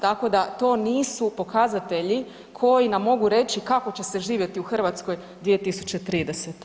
Tako da to nisu pokazatelji koji nam mogu reći kako će se živjeti u Hrvatskoj 2030.